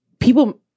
People